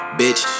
bitch